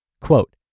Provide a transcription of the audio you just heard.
Quote